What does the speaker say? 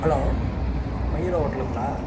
hello Mayura ஓட்டலுங்களா